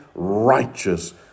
righteous